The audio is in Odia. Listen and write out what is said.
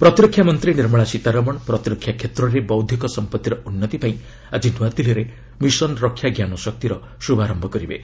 ପ୍ରତିରକ୍ଷା ମନ୍ତ୍ରୀ ନିର୍ମଳା ସୀତାରମଣ ପ୍ରତିରକ୍ଷା କ୍ଷେତ୍ରରେ ବୌଦ୍ଧିକ ସମ୍ପଭିର ଉନ୍ନତି ପାଇଁ ଆକି ନ୍ତଆଦିଲ୍ଲୀରେ ମିଶନ୍ ରକ୍ଷା ଜ୍ଞାନଶକ୍ତି ର ଶୁଭାରମ୍ଭ କରିବେ